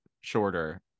shorter